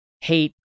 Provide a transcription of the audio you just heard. hate